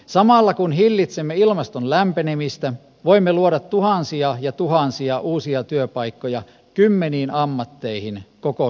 samalla kun hillitsemme ilmaston lämpenemistä voimme luoda tuhansia ja tuhansia uusia työpaikkoja kymmeniin ammatteihin koko suomeen